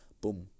Boom